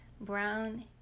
Brown